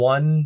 One